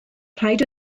rhaid